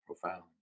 Profound